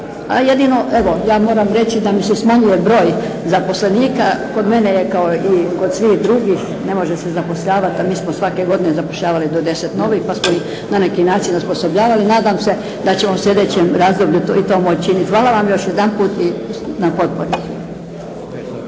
A jedino, evo ja moram reći da mi se smanjuje broj zaposlenika, kod mene je kao i kod svih drugih, ne može se zapošljavati, pa smo svake godine zapošljavali do 10 novih pa smo ih na neki način osposobljavali. Nadam se da ćemo u sljedećem razdoblju to moći činiti, hvala vam još jedanput na potpori.